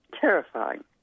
Terrifying